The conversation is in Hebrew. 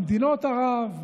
במדינות ערב,